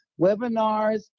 webinars